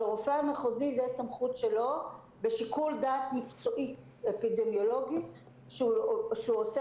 לרופא המחוזי יש סמכות בשיקול דעת מקצועי אפידמיולוגי והוא עושה